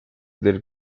del